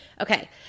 Okay